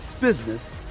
business